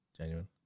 genuine